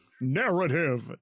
narrative